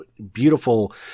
beautiful